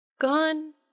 Gone